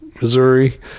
Missouri